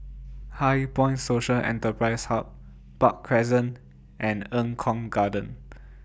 HighPoint Social Enterprise Hub Park Crescent and Eng Kong Garden